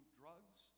drugs